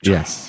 Yes